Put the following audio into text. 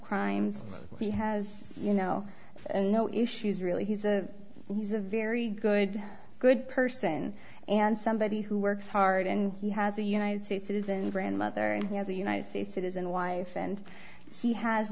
he has you know no issues really he's a he's a very good good person and somebody who works hard and he has a united states citizen grandmother and he has a united states citizen wife and he has